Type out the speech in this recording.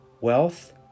wealth